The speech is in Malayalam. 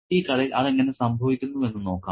ഈ കഥയിൽ അതെങ്ങനെ സംഭവിക്കുന്നുവെന്ന് നോക്കാം